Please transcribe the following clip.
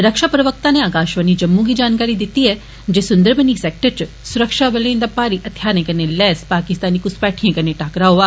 रक्षा प्रवक्ता नै आकाशवाणी जम्मू गी जानकारी दिती ऐ जे सुन्दरबनी सैक्टर च सुरक्षाबले दा भारी हथियारे कन्नै लैस पाकिस्तानी घुसपैठिए कन्नै टाकरा होआ